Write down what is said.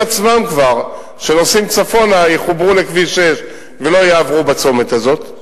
אז תושבי להבים עצמם שנוסעים צפונה יחוברו לכביש 6 ולא יעברו בצומת הזה,